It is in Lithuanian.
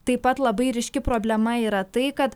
taip pat labai ryški problema yra tai kad